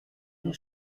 des